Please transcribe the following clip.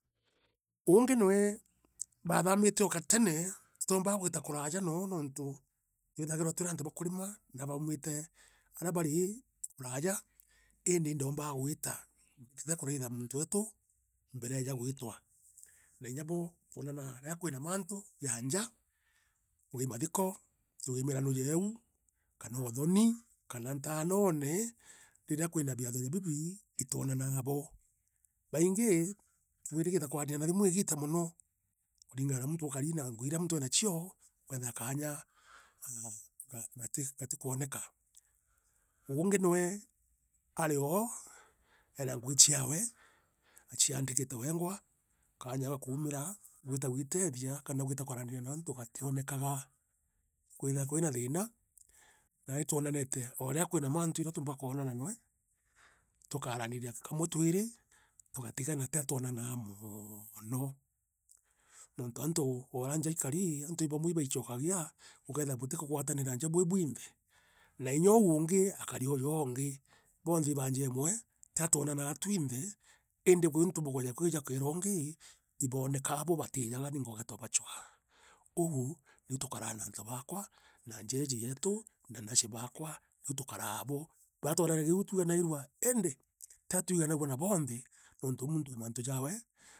uungi noe, baathamite o gatene tutombaa gwita kuraaja noo nuntu twithagirwa turi aantu ba kurima, na baumite aria bari i kuraaja iindi indombaa gwita mbitite i kuraitha muuntu etu, mbere eeja gwitwa na inya bo twonanaa riria kwina mantu ja njaa, tuuge i mathiko, tuuge i mirano jeeu, kana uthoni, kana ntaanone, riria kwina biatho ja bibi, itwonanaa abo. Baingii, twirigite kwaria na thimu igiita mono, kuringana na urea muntu akari na ngugi irea muntu aina cio, gukeethira kaanya ahh gagatii gatikwoneka. Uungi noe, ari oo ena ngugi ciawe, achiaandikite wengwa, kaanya ga kuumira, gwita gwitethia, kana gwita kwaraniria na antu gationekaga kwithaira kwina thiina, naai twonaniite ooriria kwina maantu irio tuumba kwonana noe, tukaaraniria kamwe twiiri. tugatigana tia twonanaa moono, nontu antu orea njaa ikarii. antu bamwe ibaichokagia bukeethira butikugwatanira nja bwi bwinthe na inya oou uungi, akari o joongi bonthe iba nja imwe tia twonanaa twinthe iindi untu bukeja kwija ukeera oongii. ibonekaa bo batijaga ninga ugeeta ubacua. Ou niu tukaraa na antu baakwa na njaa iiji yeetu, na nache baakwa niu tukaraa abo, twiganairua, iindi, tia twiganagua na bonthe uuntu muntu ee mantu jaawe.